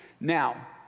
Now